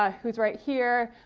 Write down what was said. ah who's right here,